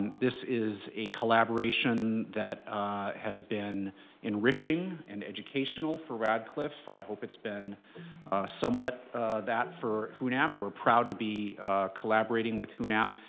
and this is a collaboration that has been enriching and educational for radcliffe. i hope it's been somewhat somewhat that for hunap. we're proud to be collaborating with hunap.